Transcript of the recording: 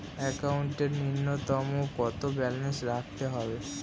একাউন্টে নূন্যতম কত ব্যালেন্স রাখতে হবে?